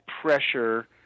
pressure